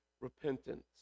repentance